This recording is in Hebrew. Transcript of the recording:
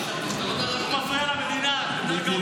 הוא מפריע למדינה, זה יותר גרוע.